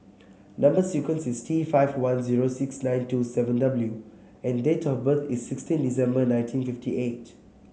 number sequence is T five one zero six nine two seven W and date of birth is sixteen December nineteen fifty eight